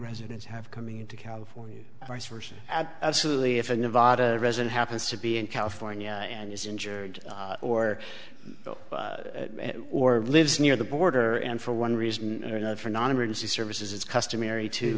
residents have coming into california vice versa absolutely if a nevada resident happens to be in california and is injured or or lives near the border and for one reason or another for non emergency services it's customary to